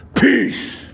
peace